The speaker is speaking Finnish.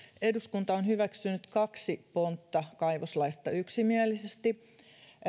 eduskunta on hyväksynyt kaksi pontta kaivoslaista yksimielisesti